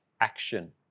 action